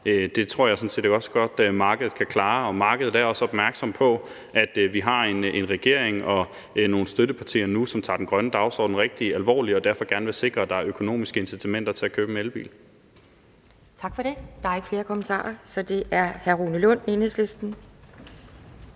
jeg sådan set også godt markedet kan klare. Og markedet er også opmærksomt på, at vi har en regering og nogle støttepartier nu, som tager den grønne dagsorden rigtig alvorligt og derfor gerne vil sikre, at der er økonomiske incitamenter til at købe en elbil. Kl. 14:26 Anden næstformand (Pia Kjærsgaard): Tak for det. Der er ikke flere kommentarer, og så er det hr. Rune Lund, Enhedslisten.